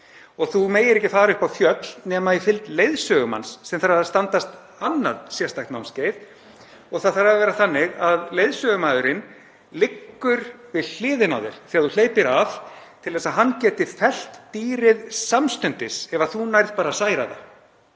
að þú megir ekki fara upp á fjöll nema í fylgd leiðsögumanns sem þarf að standast annað sérstakt námskeið. Það þarf að vera þannig að leiðsögumaðurinn liggur við hliðina á þér þegar þú hleypir af til að hann geti fellt dýrið samstundis ef þú nærð bara að særa það,